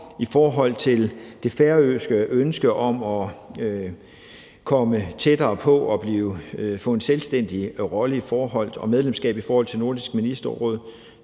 I forhold til det færøske ønske om at komme tættere på og få en selvstændig rolle og medlemskab af Nordisk Ministerråd